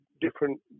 different